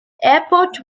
airport